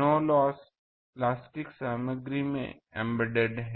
no loss plastic सामग्री में embedded है